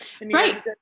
Right